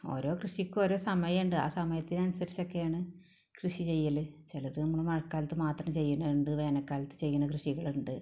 ഒരൊ കൃഷിക്കും ഒരോ സമയമുണ്ട് ആ സമയത്തിനനുസരിച്ച് ഒക്കെയാണ് കൃഷി ചെയ്യല് ചിലത് നമ്മള് മഴക്കാലത്ത് മാത്രം ചെയ്യ്ലുണ്ട് വേനൽക്കാലത്ത് ചെയ്യുന്ന കൃഷികളുണ്ട്